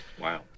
Wow